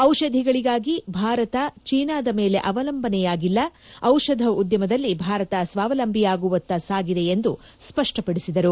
ಔಷಧಿಗಳಿಗಾಗಿ ಭಾರತ ಚೀನಾದ ಮೇಲೆ ಅವಲಂಬನೆಯಾಗಿಲ್ಲ ಔಷಧ ಉದ್ಯಮದಲ್ಲಿ ಭಾರತ ಸ್ಲಾವಲಂಬಿಯಾಗುವತ್ತ ಸಾಗಿದೆ ಎಂದು ಸ್ವಷ್ವಪಡಿಸಿದರು